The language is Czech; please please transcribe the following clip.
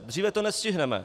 Dříve to nestihneme.